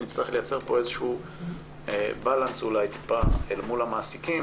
נצטרך לייצר כאן איזשהו איזון אל מול המעסיקים